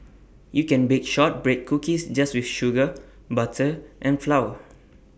you can bake Shortbread Cookies just with sugar butter and flour